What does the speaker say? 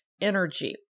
energy